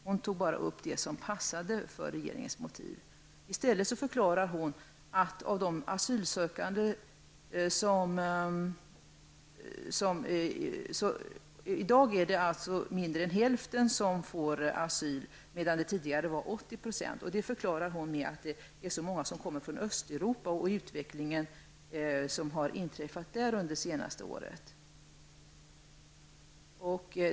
Hon tog bara upp det som passade för regeringens motiv. I dag är det färre än hälften av de asylsökande som får asyl, medan det tidigare var 80 %. Det förklarade Maj Lis Lööw med att det är så många som kommer från Östeuropa och med utvecklingen där det senaste året.